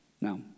Now